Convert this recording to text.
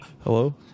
Hello